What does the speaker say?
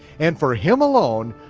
and for him alone,